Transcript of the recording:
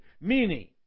Meaning